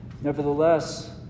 nevertheless